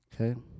okay